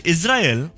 Israel